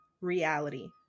reality